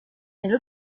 elle